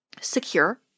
secure